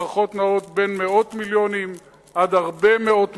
הערכות נעות ממאות מיליונים עד הרבה מאוד מיליונים.